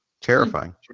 terrifying